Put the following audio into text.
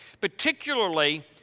Particularly